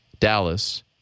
Dallas